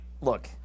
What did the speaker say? look